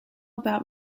about